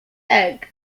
egg